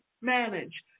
manage